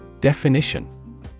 Definition